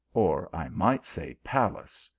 or i might say palace,